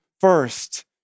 first